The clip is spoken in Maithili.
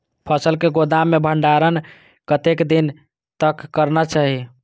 फसल के गोदाम में भंडारण कतेक दिन तक करना चाही?